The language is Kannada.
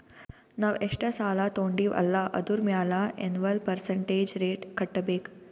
ನಾವ್ ಎಷ್ಟ ಸಾಲಾ ತೊಂಡಿವ್ ಅಲ್ಲಾ ಅದುರ್ ಮ್ಯಾಲ ಎನ್ವಲ್ ಪರ್ಸಂಟೇಜ್ ರೇಟ್ ಕಟ್ಟಬೇಕ್